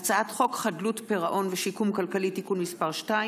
הצעת חוק חדלות פירעון ושיקום כלכלי (תיקון מס' 2),